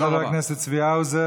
תודה לחבר הכנסת צבי האוזר.